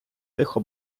тихо